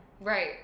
Right